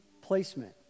placement